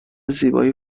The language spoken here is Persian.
زیبایی